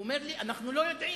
הוא אומר לי: אנחנו לא יודעים.